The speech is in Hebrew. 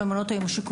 במעונות אלה,